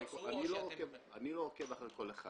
הם לא רצו או שאתם --- אני לא עוקב אחרי כל אחד.